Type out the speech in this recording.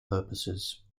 purposes